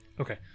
Okay